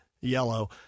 yellow